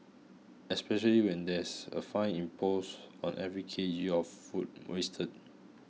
especially when there's a fine imposed on every K G of food wasted